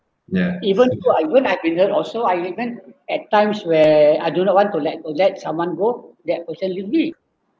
ya even though I even I've been hurt also I even at times where I do not want to let go let someone go that person leave me